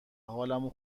حالمو